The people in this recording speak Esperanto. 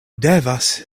devas